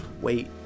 wait